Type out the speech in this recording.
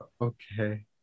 Okay